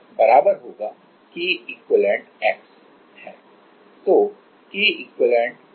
तो Kequ K1 K2